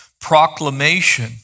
proclamation